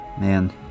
Man